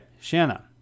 Shanna